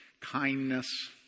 kindness